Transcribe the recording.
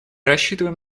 рассчитываем